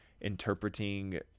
interpreting